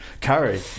Curry